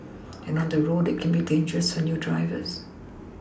and on the road it can be dangerous for new drivers